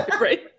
right